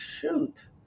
shoot